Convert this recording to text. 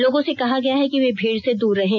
लोगों से कहा गया है कि वे भीड़ से दूर रहें